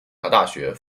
大学